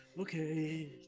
Okay